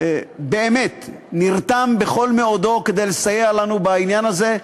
באמת נרתם בכל מאודו כדי לסייע לנו בעניין הזה,